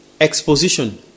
Exposition